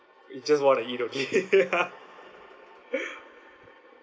you just want to eat okay